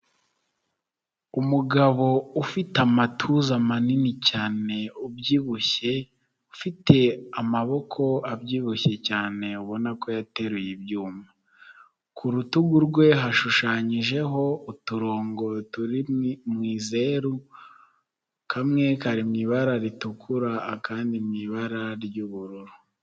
Umugabo ufite amatuza manini cyane ubyibushye ufite amaboko abyibushye cyane, ubona ko yateruye ibyuma ku rutugu rwe hashushanyijeho uturongo turi mu izeru kamwe kari mu ibara ritukura akandi mu ibara ry'ubururu.